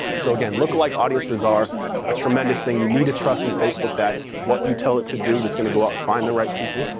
so again, lookalike audiences are a tremendous thing. you need to trust in facebook that what you tell it to do, going to go out and find the right people.